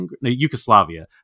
Yugoslavia